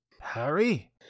Harry